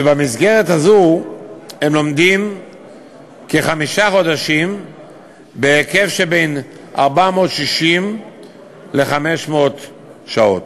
ובמסגרת הזאת הם לומדים כחמישה חודשים בהיקף שבין 460 ל-500 שעות.